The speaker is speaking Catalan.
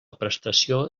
prestació